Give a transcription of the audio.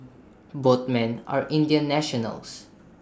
both men are Indian nationals